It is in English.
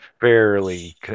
fairly